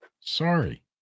Sorry